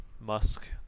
Musk